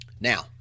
now